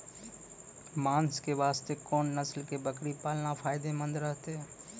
मांस के वास्ते कोंन नस्ल के बकरी पालना फायदे मंद रहतै?